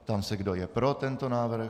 Ptám se, kdo je pro tento návrh.